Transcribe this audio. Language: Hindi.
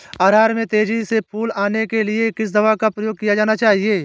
अरहर में तेजी से फूल आने के लिए किस दवा का प्रयोग किया जाना चाहिए?